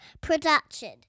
production